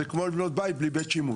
זה כמו לבנות בית בלי בית שימוש.